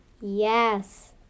Yes